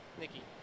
Nikki